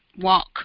walk